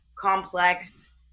complex